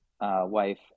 Wife